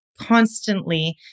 constantly